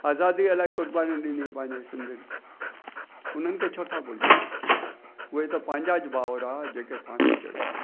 आज़ादीअ लाइ क़ुर्बानी ॾिनी पंहिंजे सिंधियुनि उन्हनि खे छो त भुलिजो उहे त पंहिंजा भाउर आहिनि जेके फांसी चढ़ी विया